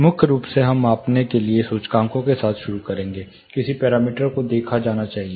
मुख्य रूप से हम मापने के लिए सूचकांकों के साथ शुरू करेंगे किस पैरामीटर को देखा जाना चाहिए